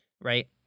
right